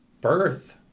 birth